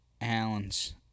Allen's